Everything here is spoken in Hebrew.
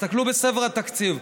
תסתכלו בספר התקציב.